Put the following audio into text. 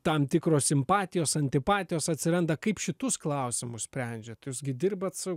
tam tikros simpatijos antipatijos atsiranda kaip šitus klausimus sprendžiat jūs gi dirbat su